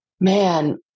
man